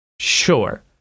Sure